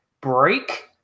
break